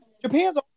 Japan's